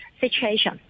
situation